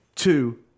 Two